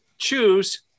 choose